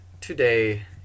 today